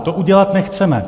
To udělat nechceme.